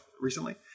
recently